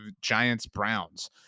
Giants-Browns